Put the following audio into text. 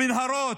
במנהרות,